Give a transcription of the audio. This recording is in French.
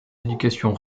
éducation